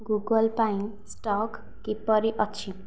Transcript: Google ପାଇଁ stock କିପରି ଅଛି